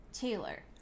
Taylor